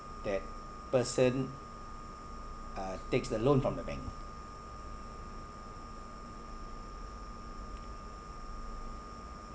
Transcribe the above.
that person uh takes a loan from a bank